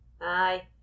Aye